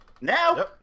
Now